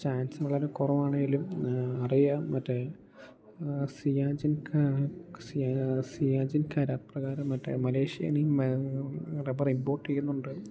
chance വളരെ കുറവാണെങ്കിലും അറിയാം മറ്റേ സിയാചിൻ സിയാചിൻ കരാർ പ്രകാരം മറ്റേ മലേഷ്യയിൽനിന്ന് റബ്ബർ ഇമ്പോർട്ട് ചെയ്യുന്നുണ്ട്